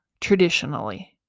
traditionally